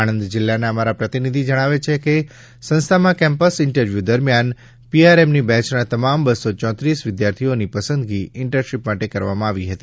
આણંદ જિલ્લાના અમારા પ્રતિનિધિ જણાવે છે કે સંસ્થામાં કેમ્પસ ઈન્ટરવ્યૂ દરમિયાન પીઆરએમની બેચના તમામ બસો ચોત્રીસ વિદ્યાર્થીઓની પસંદગી ઈન્ટર્નશીપ માટે કરવામાં આવી હતી